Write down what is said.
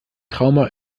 trauma